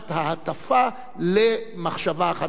מבחינת ההטפה למחשבה אחת?